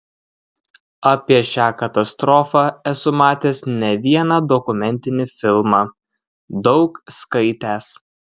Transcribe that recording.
apie šią katastrofą esu matęs ne vieną dokumentinį filmą daug skaitęs